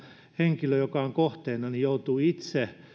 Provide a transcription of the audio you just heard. henkilö joka on kohteena joutuu itse